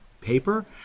paper